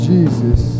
Jesus